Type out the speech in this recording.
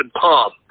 palm